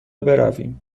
برویم